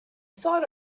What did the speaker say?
thought